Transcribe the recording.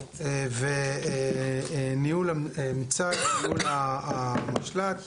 וניהול המשל"ט.